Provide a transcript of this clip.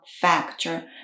factor